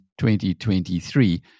2023